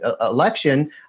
election